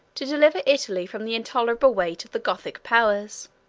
to deliver italy from the intolerable weight of the gothic powers